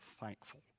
thankful